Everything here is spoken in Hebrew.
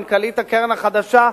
המנכ"לית החדשה,